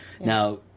Now